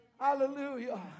Hallelujah